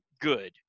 good